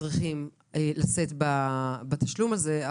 יצטרכו לשאת בתשלום הזה,